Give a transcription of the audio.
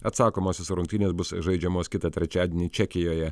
atsakomosios rungtynės bus žaidžiamos kitą trečiadienį čekijoje